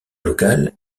local